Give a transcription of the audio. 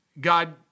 God